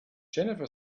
jennifer